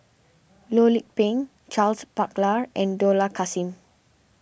Loh Lik Peng Charles Paglar and Dollah Kassim